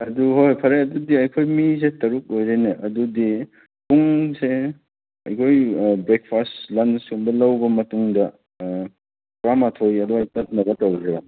ꯑꯗꯨ ꯍꯣꯏ ꯐꯔꯦ ꯑꯗꯨꯗꯤ ꯑꯩꯈꯣꯏ ꯃꯤꯁꯦ ꯇꯔꯨꯛ ꯑꯣꯏꯔꯦꯅꯦ ꯑꯗꯨꯗꯤ ꯄꯨꯡꯁꯦ ꯑꯩꯈꯣꯏ ꯕ꯭ꯔꯦꯛꯐꯥꯁ ꯂꯥꯟꯁꯀꯨꯝꯕ ꯂꯧꯕ ꯃꯇꯨꯡꯗ ꯇꯔꯥ ꯃꯥꯊꯣꯏ ꯑꯗꯥꯏꯗ ꯆꯠꯅꯕ ꯇꯧꯖꯤꯔꯥ